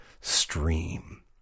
stream